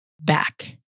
back